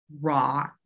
raw